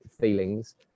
feelings